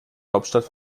hauptstadt